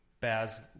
Baz